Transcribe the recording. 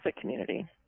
community